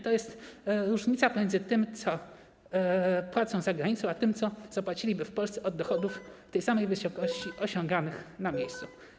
To jest różnica pomiędzy tym, co płacą za granicą, a tym, co zapłaciliby w Polsce od dochodów tej samej wysokości osiąganych na miejscu.